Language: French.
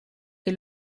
est